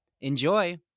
enjoy